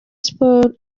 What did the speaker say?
sports